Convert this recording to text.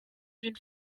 une